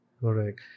correct